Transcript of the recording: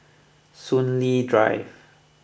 Soon Lee Drive